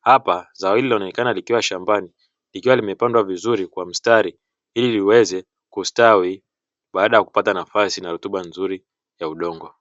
Hapa zao hili linaolekana likiwa shambani likiwa limepandwa vizuri kwa mstari ili liweze kustawi baada ya kupata nafasi na rutuba nzuri ya udongo.